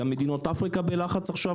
גם מדינות אפריקה בלחץ עכשיו,